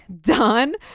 done